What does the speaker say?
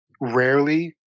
rarely